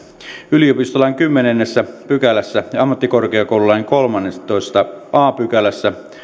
yliopistolain kymmenennen pykälän ja ammattikorkeakoululain kolmannentoista a pykälän